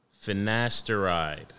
Finasteride